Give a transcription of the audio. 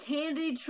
Candy